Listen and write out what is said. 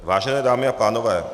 Vážené dámy a pánové.